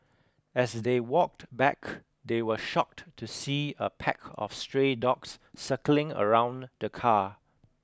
as they walked back they were shocked to see a pack of stray dogs circling around the car